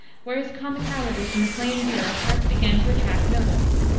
where his comicalities in the plaindealer first began to attract notice.